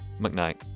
McKnight